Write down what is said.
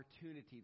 opportunity